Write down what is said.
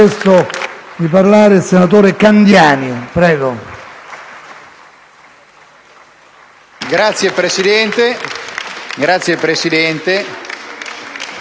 Grazie, presidente